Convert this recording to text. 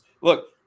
look